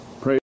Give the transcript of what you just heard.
Praise